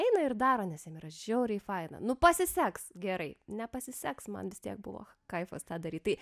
eina ir daro nes jiem yra žiauriai faina nu pasiseks gerai nepasiseks man vis tiek buvo kaifas tą daryt tai